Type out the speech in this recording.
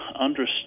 understood